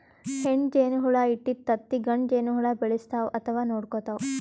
ಹೆಣ್ಣ್ ಜೇನಹುಳ ಇಟ್ಟಿದ್ದ್ ತತ್ತಿ ಗಂಡ ಜೇನಹುಳ ಬೆಳೆಸ್ತಾವ್ ಅಥವಾ ನೋಡ್ಕೊತಾವ್